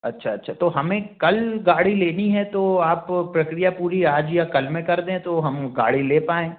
अच्छा अच्छा तो हमें कल गाड़ी लेनी है तो आप प्रक्रिया पूरी आज या कल में कर दें तो हम गाड़ी ले पाएँ